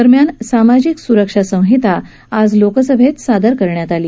दरम्यान सामाजिक स्रक्षा संहिता आज लोकसभेत सादर करण्यात आली